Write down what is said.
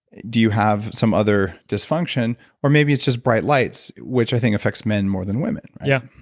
do you have some other dysfunction or maybe it's just bright lights, which i think affects men more than women? yeah.